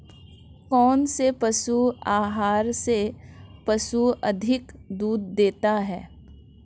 कौनसे पशु आहार से पशु अधिक दूध देते हैं?